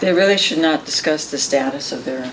they really should not discuss the status of their